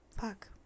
Fuck